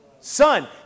Son